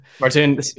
Martin